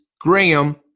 Graham